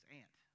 aunt